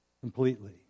completely